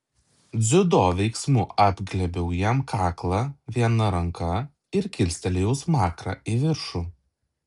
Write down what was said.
dziudo veiksmu apglėbiau jam kaklą viena ranka ir kilstelėjau smakrą į viršų